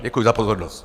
Děkuji za pozornost.